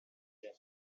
jump